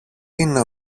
είναι